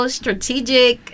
strategic